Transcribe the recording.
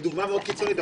היא דוגמה מאוד קיצונית.